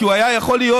כי הוא היה יכול להיות,